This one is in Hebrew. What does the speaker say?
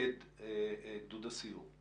מפקד גדוד הסיור,